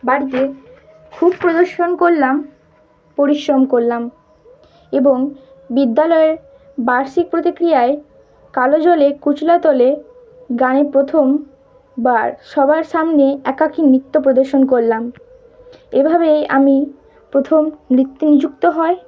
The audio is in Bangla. বাড়িতে খুব প্রদর্শন করলাম পরিশ্রম করলাম এবং বিদ্যালয়ের বার্ষিক প্রতিক্রিয়ায় কালো জলে কুচলা তলে গানে প্রথমবারার সবার সামনে একাকী নৃত্য প্রদর্শন করলাম এভাবেই আমি প্রথম নৃত্য নিযুক্ত হ